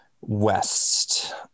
West